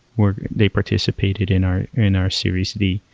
where they participated in our in our series d,